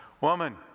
Woman